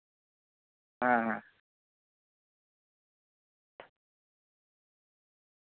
ᱦᱮᱸ ᱦᱮᱸ